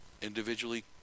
individually